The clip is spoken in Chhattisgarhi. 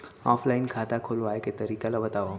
ऑफलाइन खाता खोलवाय के तरीका ल बतावव?